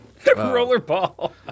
Rollerball